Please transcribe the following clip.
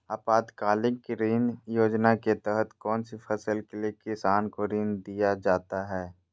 आपातकालीन ऋण योजना के तहत कौन सी फसल के लिए किसान को ऋण दीया जाता है?